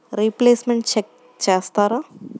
Repayments check చేస్తారా?